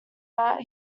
matt